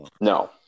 No